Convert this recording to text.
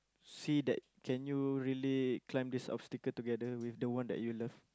see that can you really climb this obstacle together with the one that you love